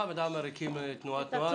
חמד עמאר הקים תנועת נוער.